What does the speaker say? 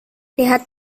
lihat